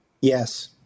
yes